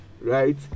right